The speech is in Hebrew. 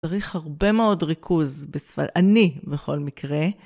צריך הרבה מאוד ריכוז ב אני, בכל מקרה.